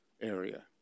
area